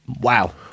Wow